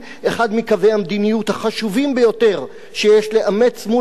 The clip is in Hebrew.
אחד מקווי המדיניות החשובים ביותר שיש לאמץ מול הטרור